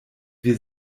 wir